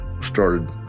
started